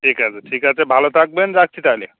ঠিক আছে ঠিক আছে ভালো থাকবেন রাখছি তাহলে